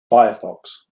firefox